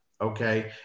okay